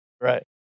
Right